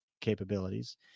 capabilities